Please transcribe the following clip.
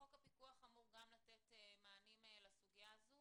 חוק הפיקוח אמור גם לתת מענים לסוגיה הזו.